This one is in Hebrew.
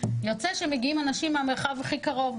יוצא שמגיעים אנשים מהמרחב הכי קרוב.